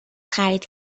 خرید